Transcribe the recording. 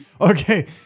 Okay